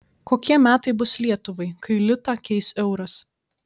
kokie metai bus lietuvai kai litą keis euras